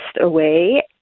away